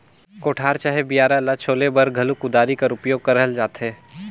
कोठार चहे बियारा ल छोले बर घलो कुदारी कर उपियोग करल जाथे